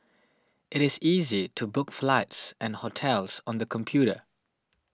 it is easy to book flights and hotels on the computer